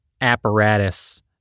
apparatus